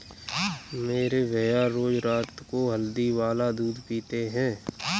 मेरे भैया रोज रात को हल्दी वाला दूध पीते हैं